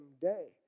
day